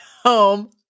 home